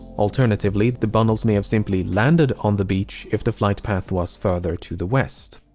alternatively, the bundles may have simply landed on the beach if the flight path was further to the west.